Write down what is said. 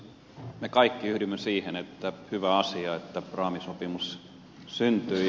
me kaikki yhdymme siihen että hyvä asia että raamisopimus syntyi